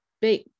big